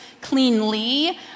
cleanly